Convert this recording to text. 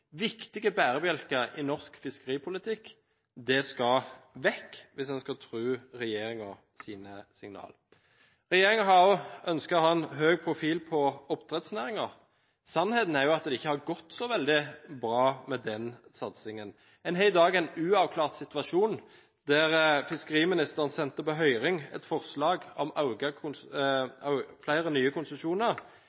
viktige bærebjelker i norsk fiskeripolitikk – de skal vekk, hvis en skal tro regjeringens signaler. Regjeringen har også ønsket å ha en høy profil på oppdrettsnæringen. Sannheten er at det ikke har gått så veldig bra med den satsingen. En har i dag en uavklart situasjon der fiskeriministeren sendte på høring et forslag om